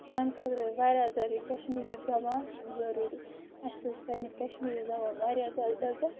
سانہِ خٲطرٕ واریاہ زیادٕ یہِ کشمیٖری زبان ضروٗری اسہِ پزِ پنٕنہِ کشمیٖری زبانہِ واریاہ زیادٕ عِزتھ